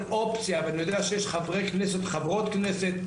אופציה ואני יודע שיש חברות וחברי כנסת,